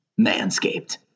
Manscaped